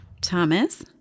Thomas